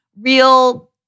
real